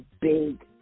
big